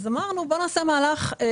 אמרנו שנעשה מהלך.